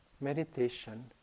meditation